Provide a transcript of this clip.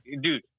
Dude